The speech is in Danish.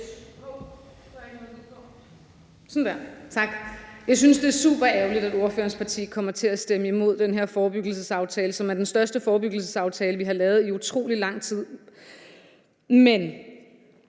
Jeg synes, det er superærgerligt, at ordførerens parti kommer til at stemme imod den her forebyggelsesaftalel, som er den største forebyggelsesaftale, vi har lavet i utrolig lang tid. Det